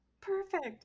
perfect